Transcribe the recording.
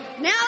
Now